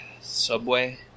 Subway